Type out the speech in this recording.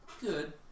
good